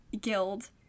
Guild